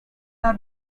are